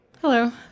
Hello